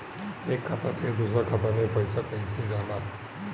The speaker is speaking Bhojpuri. एक खाता से दूसर खाता मे पैसा कईसे जाला?